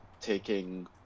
taking